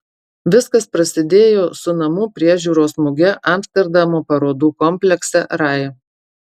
viskas prasidėjo su namų priežiūros muge amsterdamo parodų komplekse rai